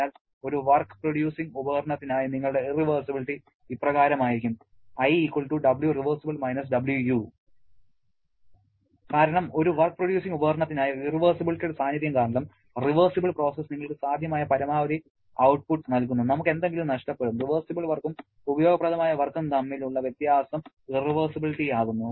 അതിനാൽ ഒരു work producing ഉപകരണത്തിനായി നിങ്ങളുടെ ഇറവെർസിബിലിറ്റി ഇപ്രകാരമായിരിക്കും I Wrev - Wu ← for work producing device കാരണം ഒരു വർക്ക് പ്രൊഡ്യൂസിങ് ഉപകരണത്തിനായി ഇറവെർസിബിലിറ്റിയുടെ സാന്നിധ്യം കാരണം റിവേർസിബിൾ പ്രോസസ്സ് നിങ്ങൾക്ക് സാധ്യമായ പരമാവധി ഔട്ട്പുട്ട് നൽകുന്നു നമുക്ക് എന്തെങ്കിലും നഷ്ടപ്പെടും റിവേർസിബിൾ വർക്കും ഉപയോഗപ്രദമായ വർക്കും തമ്മിലുള്ള വ്യത്യാസം ഇറവെർസിബിലിറ്റി ആകുന്നു